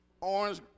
Orange